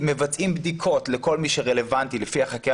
מבצעים בדיקות לכל מי שרלוונטי לפי החקירה